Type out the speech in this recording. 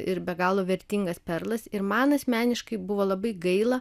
ir be galo vertingas perlas ir man asmeniškai buvo labai gaila